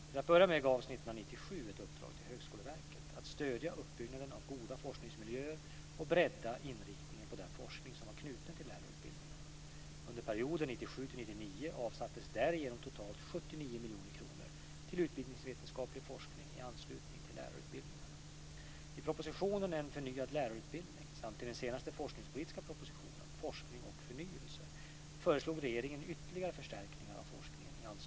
Till att börja med gavs år 1997 ett uppdrag till Högskoleverket att stödja uppbyggnaden av goda forskningsmiljöer och bredda inriktningen på den forskning som var knuten till lärarutbildningarna.